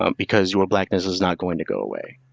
um because your blackness is not going to go away.